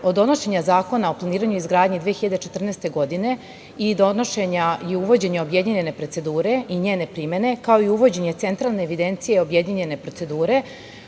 Od donošenja Zakona o planiranju i izgradnji 2014. godine i donošenja i uvođenja objedinjene procedure i njene primene, kao i uvođenja Centralne evidencije objedinjene procedure